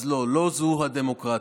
אז לא, לא זו הדמוקרטיה.